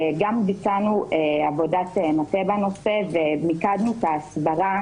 גם ביצענו עבודת מטה בנושא ומיקדנו את ההסברה